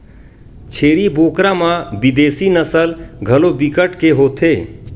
छेरी बोकरा म बिदेसी नसल घलो बिकट के होथे